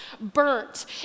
burnt